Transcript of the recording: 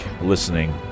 listening